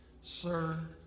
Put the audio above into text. Sir